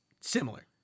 similar